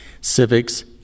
civics